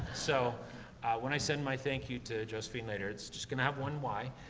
so when i send my thank you to josephine later, it's just gonna have one y.